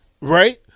Right